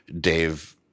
Dave